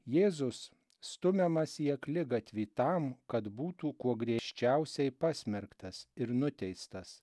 jėzus stumiamas į akligatvį tam kad būtų kuo griežčiausiai pasmerktas ir nuteistas